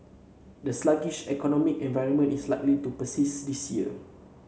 the sluggish economic environment is likely to persist this year